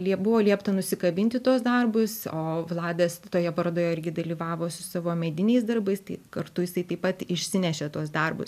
lie buvo liepta nusikabinti tuos darbus o vladas toje parodoje irgi dalyvavo su savo mediniais darbais tai kartu jisai taip pat išsinešė tuos darbus